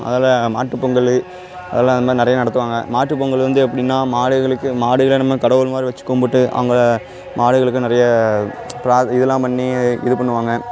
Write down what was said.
அதில் மாட்டுப்பொங்கல் அதெலாம் எல்லாம் நிறைய நடத்துவாங்க மாட்டுப்பொங்கல் வந்து எப்படின்னா மாடுகளுக்கு மாடுகளை நம்ம கடவுள்மாதிரி வச்சு கும்பிட்டு அவங்கள மாடுகளுக்கு நிறைய பிரார்த் இதெலாம் பண்ணி இது பண்ணுவாங்க